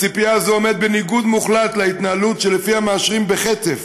הציפייה הזאת עומדת בניגוד מוחלט להתנהלות שלפיה מאשרים בחטף